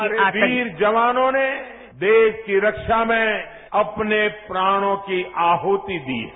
हमारे वीर जवानों ने देरा की रक्षा में अपने प्राणों की आहृति दी है